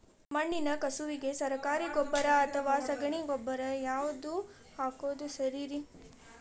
ಮಣ್ಣಿನ ಕಸುವಿಗೆ ಸರಕಾರಿ ಗೊಬ್ಬರ ಅಥವಾ ಸಗಣಿ ಗೊಬ್ಬರ ಯಾವ್ದು ಹಾಕೋದು ಸರೇರಿ?